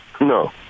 no